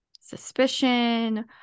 suspicion